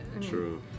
True